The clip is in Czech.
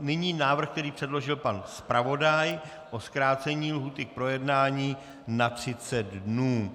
Nyní návrh, který předložil pan zpravodaj, o zkrácení lhůty k projednání na 30 dnů.